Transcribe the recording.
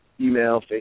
email